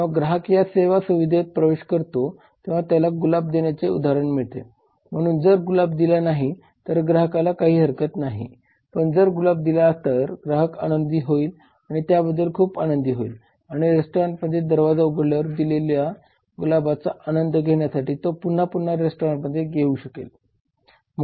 जेव्हा ग्राहक या सेवा सुविधेत प्रवेश करतो तेव्हा त्याला गुलाब देण्याचे उदाहरण मिळते म्हणून जर गुलाब दिला नाही तर ग्राहकाला काही हरकत नाही पण जर गुलाब दिला तर ग्राहक आनंदित होईल आणि त्याबद्दल खूप आनंदित होईल आणि रेस्टॉरंटमध्ये दरवाजा उघडल्यावर दिलेल्या गुलाबाचा आनंद घेण्यासाठी तो पुन्हा पुन्हा रेस्टॉरंटमध्ये येऊ शकतो